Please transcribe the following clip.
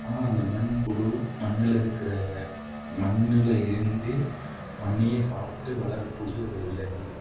ஆனால் அந்த மண்புழு மண்ணில் இருக்கிற மண்ணில் இருந்து மண்ணையே சாப்பிட்டு வளரக்கூடிய ஒரு விலங்கு